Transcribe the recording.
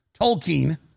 Tolkien